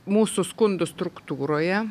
mūsų skundų struktūroje